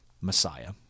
Messiah